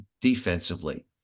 defensively